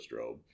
strobe